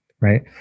right